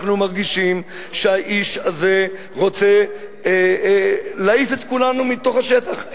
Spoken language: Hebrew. אנחנו מרגישים שהאיש הזה רוצה להעיף את כולנו מתוך השטח,